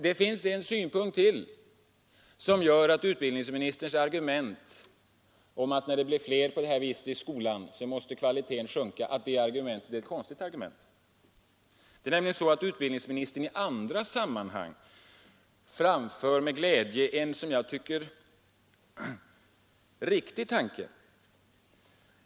Det finns en synpunkt till, som gör att utbildningsministerns argument att kvaliteten måste sjunka när det blir fler elever i skolan är egendomligt. Utbildningsministern framför i andra sammanhang med glädje en som jag tycker riktig tanke.